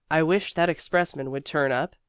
i wish that expressman would turn up,